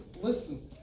listen